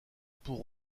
pour